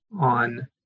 on